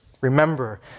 Remember